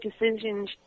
decisions